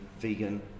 vegan